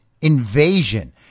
invasion